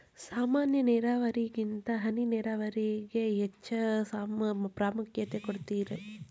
ಸಾಮಾನ್ಯ ನೇರಾವರಿಗಿಂತ ಹನಿ ನೇರಾವರಿಗೆ ಹೆಚ್ಚ ಪ್ರಾಮುಖ್ಯತೆ ಕೊಡ್ತಾರಿ